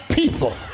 people